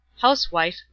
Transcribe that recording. housewife